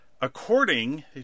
according